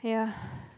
yeah